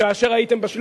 כאשר הייתם בשלטון?